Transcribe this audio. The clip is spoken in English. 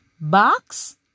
box